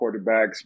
quarterbacks